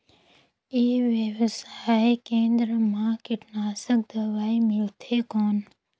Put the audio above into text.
ई व्यवसाय केंद्र मा कीटनाशक दवाई मिलथे कौन?